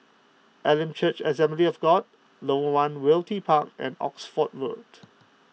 Elim Church Assembly of God Lorong one Realty Park and Oxford Road